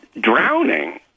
drowning